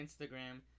Instagram